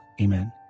Amen